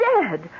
dead